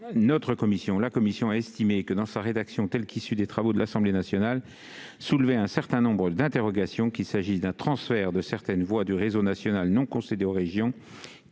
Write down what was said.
Toutefois, la commission a estimé que cet article, dans sa rédaction issue des travaux de l'Assemblée nationale, soulevait un certain nombre d'interrogations, qu'il s'agisse d'un transfert de certaines voies du réseau national non concédé aux régions,